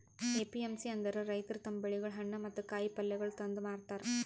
APMC ಅಂದುರ್ ರೈತುರ್ ತಮ್ ಬೆಳಿಗೊಳ್, ಹಣ್ಣ ಮತ್ತ ಕಾಯಿ ಪಲ್ಯಗೊಳ್ ತಂದು ಮಾರತಾರ್